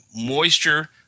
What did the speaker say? moisture